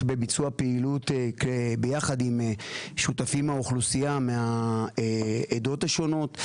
בביצוע פעילות ביחד עם שותפים מהאוכלוסייה מהעדות השונות,